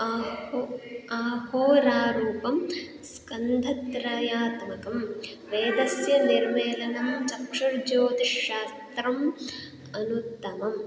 आह्व् अहोरारूपं स्कन्धत्रयात्मकं वेदस्य निर्मेलनं चक्षुर्ज्योतिःशास्त्रम् अनुत्तमम्